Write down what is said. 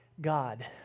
God